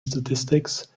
statistics